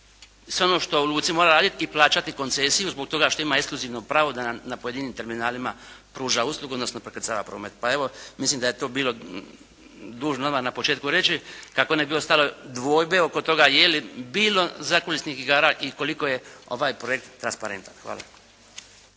sve ono što u luci mora raditi i plaćati koncesiju zbog toga što ima ekskluzivno pravo da na pojedinim terminalima pruža uslugu, odnosno prekrcava promet. Pa evo, mislim da je to bilo dužnost nama na početku reći kako ne bi ostale dvojbe oko toga je li bilo …/Govornik se ne razumije./… i koliko je ovaj projekt transparentan. Hvala.